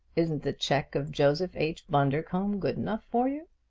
isn't the check of joseph h. bundercombe good enough for you?